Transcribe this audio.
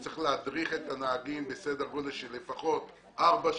אפשר לנסוע אתם לפחות עוד חצי שנה.